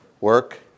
work